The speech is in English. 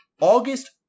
August